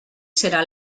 serà